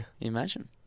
Imagine